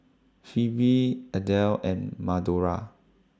Phoebe Adell and Madora